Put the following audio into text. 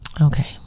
okay